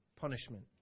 punishment